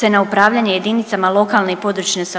se na upravljanje JLPS